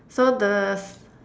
so the